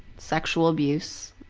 sexual abuse